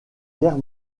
guerre